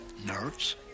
Nerves